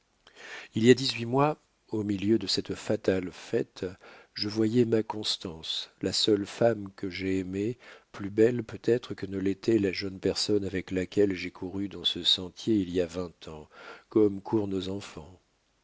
il y a dix-huit mois au milieu de cette fatale fête je voyais ma constance la seule femme que j'aie aimée plus belle peut-être que ne l'était la jeune personne avec laquelle j'ai couru dans ce sentier il y a vingt ans comme courent nos enfants